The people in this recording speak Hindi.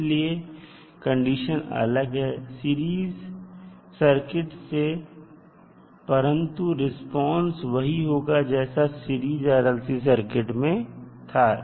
इसीलिए कंडीशन अलग है सीरीज सर्किट से परंतु रिस्पांस वही होगा जैसा सीरीज RLC सर्किट में था